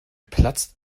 platzt